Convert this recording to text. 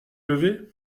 lever